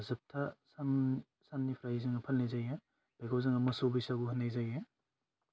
जोबथा सान साननिफ्राइ जोङो फालिनाय जायो बेखौ जोङो मोसौ बैसागु होन्नाय जायो